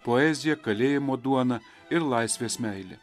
poezija kalėjimo duona ir laisvės meilė